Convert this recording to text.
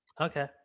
okay